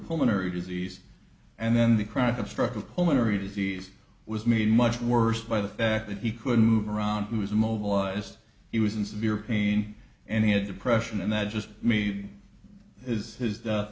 pulmonary disease and then the chronic obstructive pulmonary disease was made much worse by the fact that he couldn't move around he was mobilized he was in severe pain and he had depression and that just meeting is